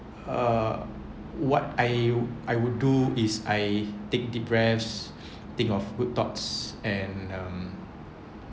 uh what I I would do is I take deep breaths think of good thoughts and um